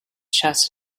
chest